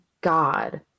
God